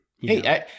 Hey